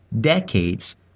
decades